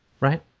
right